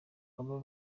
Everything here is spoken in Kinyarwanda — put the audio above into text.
aba